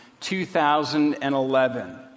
2011